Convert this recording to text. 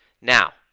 Now